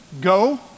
go